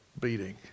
beating